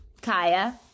Kaya